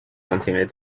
continued